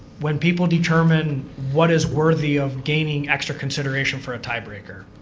when people determine what is worthy of gaining extra consideration for a tiebreaker.